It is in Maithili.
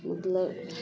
मतलब